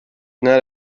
not